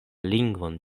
lingvon